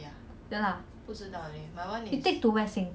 orh opposite khatib is it